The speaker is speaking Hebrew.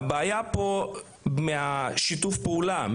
הבעיה פה היא שיתוף הפעולה,